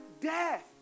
Death